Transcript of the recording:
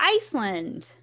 Iceland